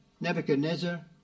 Nebuchadnezzar